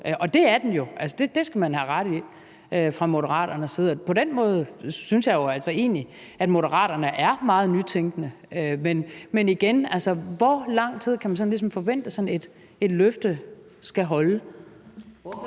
Og det er den jo. Det skal man have ret i fra Moderaterne side. På den måde synes jeg jo egentlig, at Moderaterne er meget nytænkende. Men igen: Hvor lang tid kan man sådan ligesom forvente, at sådan et løfte skal holde?